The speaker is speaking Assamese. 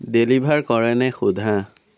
ডেলিভাৰ কৰেনে সোধা